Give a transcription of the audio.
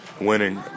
winning